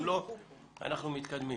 מתקדמים.